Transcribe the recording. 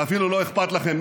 ואפילו לא אכפת לכם.